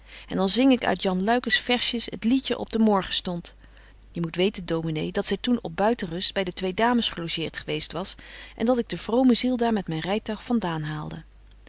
en dan zing ik uit jan luikens vaersjes het liedjen op den morgenstond je moet weten dominé dat zy toen op buitenrust by de twee dames gelogeert geweest was en dat ik de vrome ziel daar met myn rytuig van daan haalde